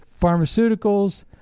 pharmaceuticals